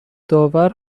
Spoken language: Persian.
داور